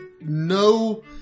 no